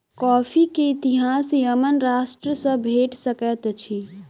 coffee के इतिहास Yemen राष्ट्र सॅ भेट सकैत अछि